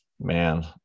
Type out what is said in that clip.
man